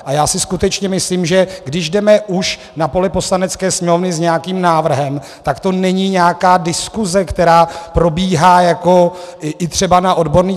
A já si skutečně myslím, že když jdeme už na poli Poslanecké sněmovny s nějakým návrhem, tak to není nějaká diskuse, která probíhá jako třeba i na odborných grémiích.